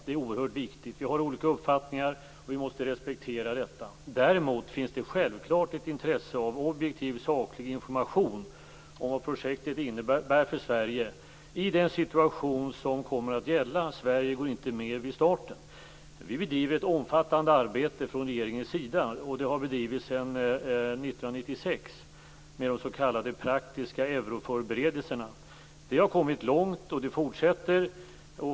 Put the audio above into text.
Det är oerhört viktigt. Det finns olika uppfattningar, och det måste vi respektera. Däremot finns det självklart ett intresse av objektiv saklig information om vad projektet innebär för Sverige i den situation som kommer att gälla i Sverige, som inte går med vid starten. Vi bedriver från regeringens sida sedan 1996 ett omfattande arbete med de s.k. praktiska euroförberedelserna. De har kommit långt, och de fortsätter.